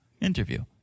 interview